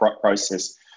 process